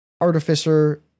artificer